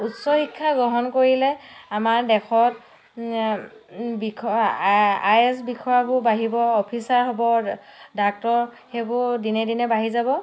উচ্চ শিক্ষা গ্ৰহণ কৰিলে আমাৰ দেশত বিষয়া আই এছ বিষয়াবোৰ বাঢ়িব অফিছাৰ হ'ব ডাক্টৰ সেইবোৰ দিনে দিনে বাঢ়ি যাব